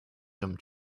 come